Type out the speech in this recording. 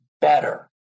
better